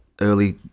early